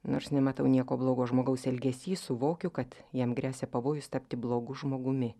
nors nematau nieko blogo žmogaus elgesy suvokiu kad jam gresia pavojus tapti blogu žmogumi